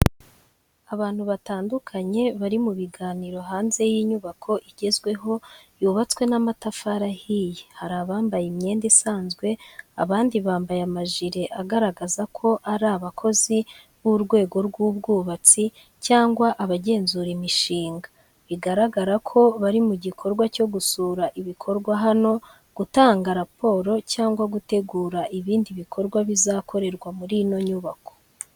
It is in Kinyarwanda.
Abantu batandukanye bari mu biganiro hanze y’inyubako igezweho yubatswe n’amatafari ahiye. Hari abambaye imyenda isanzwe, abandi bambaye amajire agaragaza ko ari abakozi b’urwego rw’ubwubatsi cyangwa abagenzura imishinga. Bigaragara ko bari mu gikorwa cyo gusura ibikorerwa hano, gutanga raporo cyangwa gutegura ibindi bikorwa bizakorerwa muri ino nyubako.